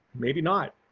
maybe not.